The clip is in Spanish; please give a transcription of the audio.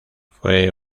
fue